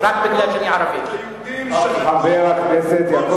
לא בכדי שמנו אותך דובר אחרי חבר הכנסת טיבי.